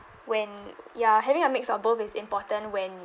when ya having a mix of both is important when